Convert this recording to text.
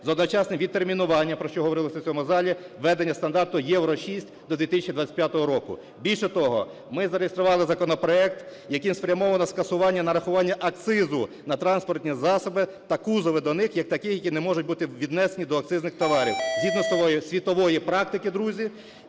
з одночасним відтермінування, про що говорилося в цьому залі, введення стандарту "євро-6" до 2025 року. Більше того, ми зареєстрували законопроект, яким спрямовано скасування нарахування акцизу на транспортні засоби та кузови до них, як такі, які не можуть бути віднесені до акцизних товарів. Згідно світової практики, друзі,